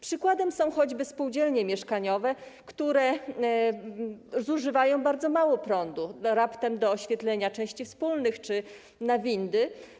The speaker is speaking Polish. Przykładem są choćby spółdzielnie mieszkaniowe, które zużywają bardzo mało prądu, raptem do oświetlenia części wspólnych czy na windy.